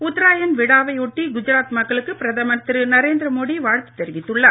உத்தராயண் விழாவையொட்டி குஜராத் மக்களுக்கு பிரதமர் திரு நரேந்திர மோடி வாழ்த்து தெரிவித்திருக்கிறார்